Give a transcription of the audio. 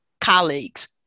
colleagues